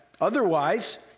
Otherwise